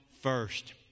first